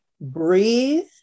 breathe